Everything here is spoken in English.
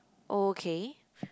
oh okay